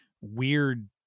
weird